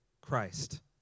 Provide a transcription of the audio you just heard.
Christ